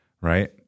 right